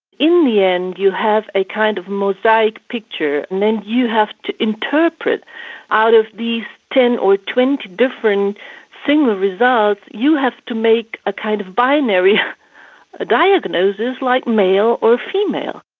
in the end you have a kind of a mosaic picture and then you have to interpret out of these ten or twenty different single results, you have to make a kind of binary ah diagnosis like male or female.